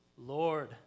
Lord